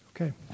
Okay